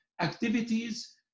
activities